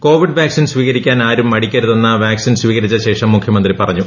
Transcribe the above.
Covid vaccine സ്വീകരിക്കാൻ ആരും മടിക്കരുതെന്ന് വാക്സിൻ സ്വീകരിച്ച ശേഷം മുഖ്യമന്ത്രി പറഞ്ഞു